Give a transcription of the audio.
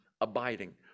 abiding